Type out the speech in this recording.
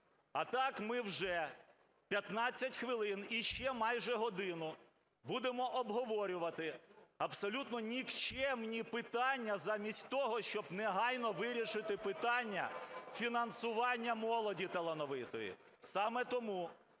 А так ми вже 15 хвилин і ще майже годину будемо обговорювати абсолютно нікчемні питання, замість того, щоби негайно вирішити питання фінансування молоді талановитої. Саме тому